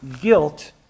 guilt